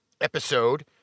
episode